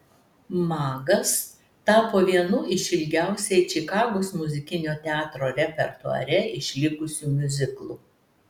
magas tapo vienu iš ilgiausiai čikagos muzikinio teatro repertuare išlikusių miuziklų